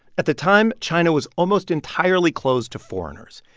at the time, china was almost entirely closed to foreigners.